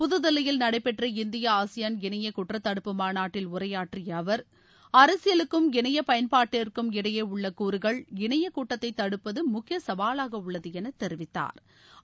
புது தில்லியில் நடைபெற்ற இந்திய ஆசியாள் இணைய குற்றத்தடுப்பு மாநாட்டில் உரையாற்றிய அவர் அரசியலுக்கும் இணைய பயன்பாட்டிற்கும் இடையே உள்ள கூறுகள் இணைய கூட்டத்தை தடுப்பது முக்கிய சவாலாக உள்ளது என தெரிவித்தாா்